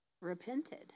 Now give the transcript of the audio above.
repented